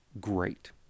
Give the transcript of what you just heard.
great